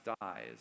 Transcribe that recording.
dies